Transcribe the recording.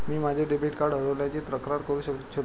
मी माझे debit card हरवल्याची तक्रार करू इच्छितो